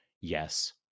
Yes